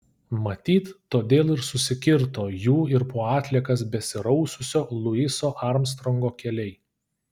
matyt todėl ir susikirto jų ir po atliekas besiraususio luiso armstrongo keliai